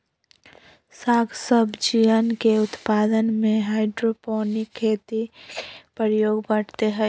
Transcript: साग सब्जियन के उत्पादन में हाइड्रोपोनिक खेती के प्रयोग बढ़ते हई